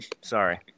Sorry